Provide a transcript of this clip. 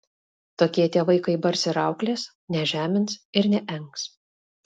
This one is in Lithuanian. tokie tėvai kai bars ir auklės nežemins ir neengs